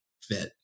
fit